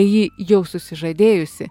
ji jau susižadėjusi